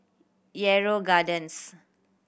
Yarrow Gardens